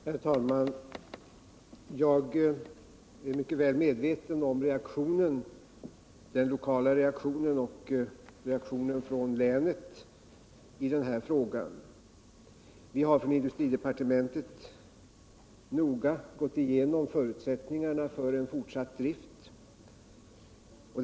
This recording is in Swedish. Herr talman! Jag är mycket väl medveten om den lokala reaktionen och reaktionen från länet i denna fräga. På industridepartementet har vi noga gått igenom förutsättningarna för en fortsatt drift.